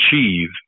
achieve